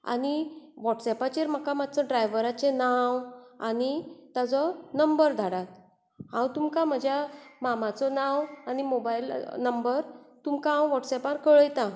आनी वॉट्सेपाचेर मात्शें म्हाका ड्रावराचें नांव आनी ताचो नंबर धाडा हांव तुमका म्हजा मामाचो नांव आनी मॉबाइल नंबर तुमका हांव वॉट्सएपार कळयतां